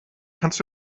kannst